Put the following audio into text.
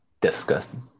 Disgusting